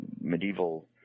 medieval